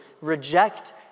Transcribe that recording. reject